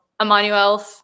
Emmanuel